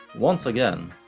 once again,